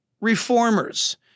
reformers